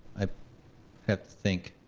i have to think.